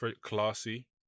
classy